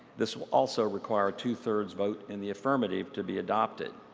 this will also require a two-thirds vote in the affirmative to be adopted.